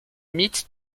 mythe